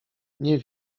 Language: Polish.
nie